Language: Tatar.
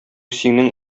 синең